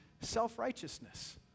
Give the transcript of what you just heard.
self-righteousness